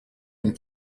and